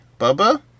Bubba